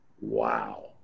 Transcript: Wow